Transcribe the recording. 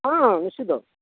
ହଁ ନିଶ୍ଟିତ